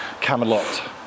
Camelot